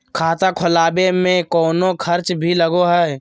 खाता खोलावे में कौनो खर्चा भी लगो है?